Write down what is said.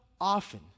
often